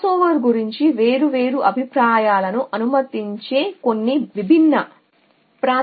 crossover గురించి వేర్వేరు అభిప్రాయాలను అనుమతించే కొన్ని విభిన్న ప్రాతినిధ్య పథకాలతో ఉంది